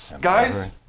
Guys